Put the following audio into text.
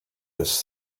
this